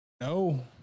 No